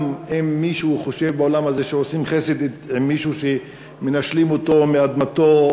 גם אם מישהו באולם הזה חושב שעושים חסד עם מישהו שמנשלים אותו מאדמתו,